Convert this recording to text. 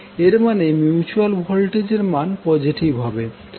এর মানে mutual voltage এর মান পজেটিভ হবে